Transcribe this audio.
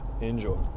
Enjoy